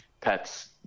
pets